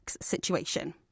situation